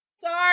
Sorry